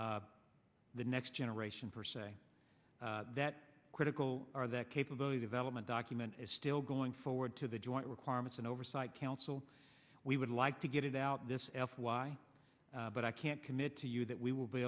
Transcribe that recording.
n the next generation for say that critical or that capability development document is still going forward to the joint requirements and oversight council we would like to get it out this f y but i can't commit to you that we will be